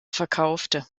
verkaufte